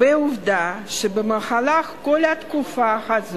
אדוני היושב-ראש, כנסת נכבדה,